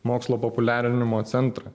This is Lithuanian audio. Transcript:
mokslo populiarinimo centrą